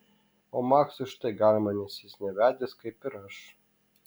o maksui štai galima nes jis nevedęs kaip ir aš